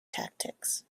tactics